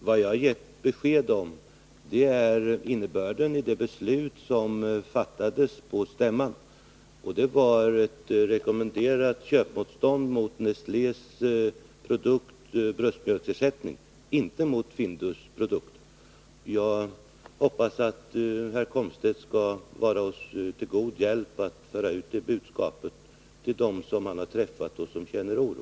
Vad jag har gett besked om är innebörden av det beslut som fattades på stämman. Det var ett rekommenderat köpmotstånd mot Nestlés bröstmjölksersättning, inte mot Findus produkter. Jag hoppas att herr Komstedt skall vara oss till god hjälp med att föra ut det budskapet till dem som han har träffat och som känner oro.